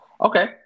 Okay